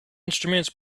instruments